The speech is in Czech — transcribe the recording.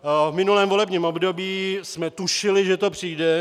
V minulém volebním období jsme tušili, že to přijde.